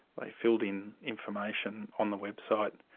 they filled in information on the website,